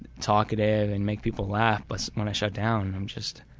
talkative and make people laugh but when i shut down i'm just,